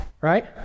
right